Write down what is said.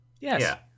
yes